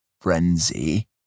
frenzy